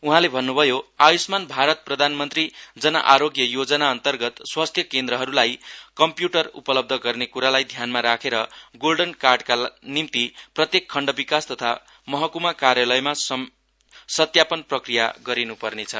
उहाँले भन्न्भयो आय्षमान भारत प्रधानमन्त्री जन आरोग्य योजना अन्तर्गत स्वास्थ्य केन्द्रहरूलाई कमप्युटर उपलब्ध गर्ने क्रालाई ध्यानमा राखेर गोल्डन कार्डका निम्ति प्रत्येक खण्ड विकास तथा महक्मा कार्यालयमा सत्यापन प्रक्रिया गरिन्पर्ने छ